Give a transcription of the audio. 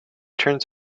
turns